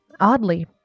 oddly